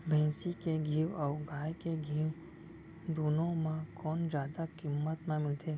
भैंसी के घीव अऊ गाय के घीव दूनो म कोन जादा किम्मत म मिलथे?